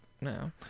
No